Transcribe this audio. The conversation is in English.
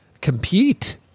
compete